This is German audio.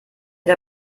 der